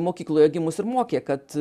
mokykloje gi mus ir mokė kad